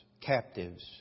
captives